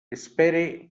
espere